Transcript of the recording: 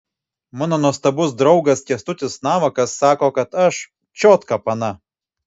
mano nuostabus draugas kęstutis navakas sako kad aš čiotka pana